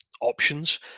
options